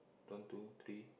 one two three